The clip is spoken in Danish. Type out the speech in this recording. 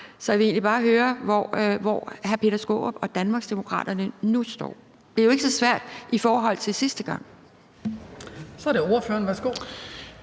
jeg vil egentlig bare høre, hvor hr. Peter Skaarup og Danmarksdemokraterne nu står – det er jo ikke så svært – i forhold til sidste gang. Kl. 14:47 Den fg.